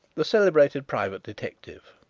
the celebrated private detective.